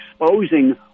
exposing